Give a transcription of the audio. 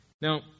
Now